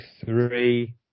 three